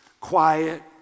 quiet